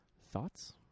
thoughts